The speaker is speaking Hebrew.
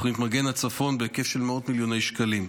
בתוכנית מגן הצפון, בהיקף של מאות מיליוני שקלים.